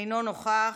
אינו נוכח.